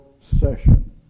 Session